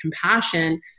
compassion